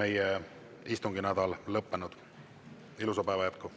Meie istunginädal on lõppenud. Ilusat päeva jätku!